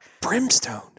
Brimstone